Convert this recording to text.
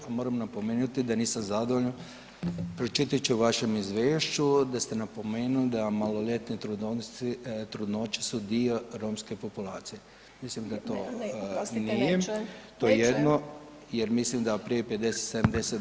Moram napomenuti da nisam zadovoljan pročitajući u vašem izvješću da ste napomenuli da maloljetne trudnoće su dio romske populacije, mislim da je to … [[Upadica Ljubičić: Ne, ne, oprostite ne čujem, ne čujem]] nije, to je jedno jer mislim da prije 50-70.g.